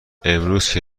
امروزکه